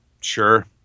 sure